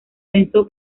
pensó